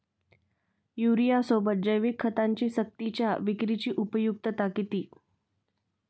युरियासोबत जैविक खतांची सक्तीच्या विक्रीची उपयुक्तता किती?